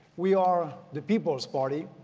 we are the people's party,